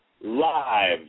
live